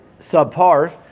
subpar